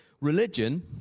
religion